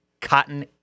cotton